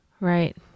Right